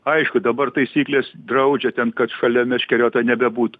aišku dabar taisyklės draudžia ten kad šalia meškeriotojo nebebūtų